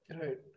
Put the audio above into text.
Right